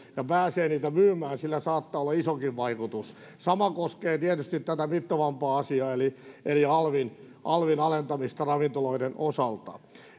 ja pääsee niitä myymään saattaa sillä olla isokin vaikutus sama koskee tietysti tätä mittavampaa asiaa eli eli alvin alvin alentamista ravintoloiden osalta